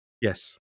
Yes